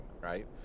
right